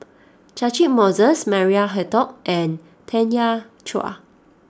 Catchick Moses Maria Hertogh and Tanya Chua